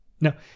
Now